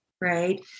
right